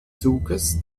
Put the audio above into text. zuges